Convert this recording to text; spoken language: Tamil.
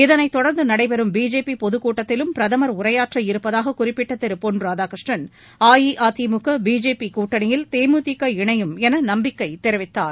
இதனைத் தொடர்ந்து நடைபெறும் பிஜேபி பொதுக் கூட்டத்திலும் பிரதமர் உரையாற்ற இருப்பதாக குறிப்பிட்ட திரு பொன் ராதாகிருஷ்ணன் அஇஅதிமுக பிஜேபி கூட்டணியில் தேமுதிக இணையும் என நம்பிக்கை தெரிவித்தார்